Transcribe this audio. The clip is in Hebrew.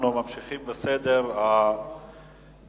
אנחנו ממשיכים בסדר המסתייגים.